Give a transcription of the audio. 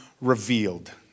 revealed